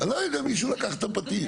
אני לא יודע, מישהו לקח את הפטיש.